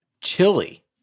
Chili